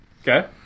Okay